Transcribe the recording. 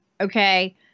okay